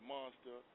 Monster